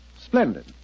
Splendid